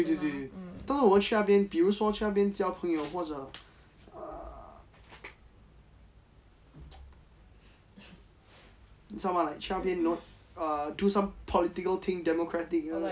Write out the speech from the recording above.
对对对但是我们去那边比如说去那边交朋友或者 err 你知道吗 like 去那边 you know err do some political thing democratic